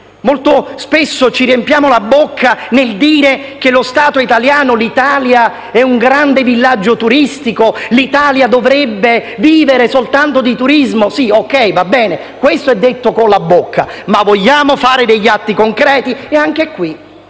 Molto spesso ci riempiamo la bocca con il dire che l'Italia è un grande villaggio turistico e che l'Italia dovrebbe vivere soltanto di turismo. Sì va bene, questo è detto con la bocca, ma vogliamo fare degli atti concreti? Per